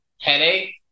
headache